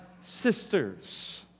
sisters